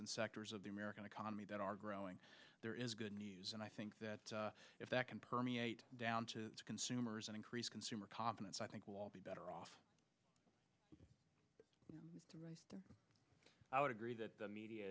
and sectors of the american economy that are growing there is good news and i think that if that can permeate down to consumers and increase consumer confidence i think we'll all be better off i would agree that the media